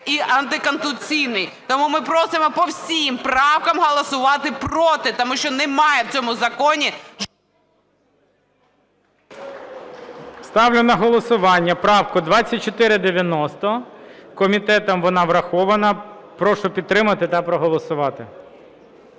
і антиконституційний. Тому ми просимо по всім правкам голосувати проти. Тому що немає в цьому законі… ГОЛОВУЮЧИЙ. Ставлю на голосування правку 2490. Комітетом вона врахована. Прошу підтримати та проголосувати.